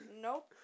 Nope